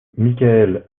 michael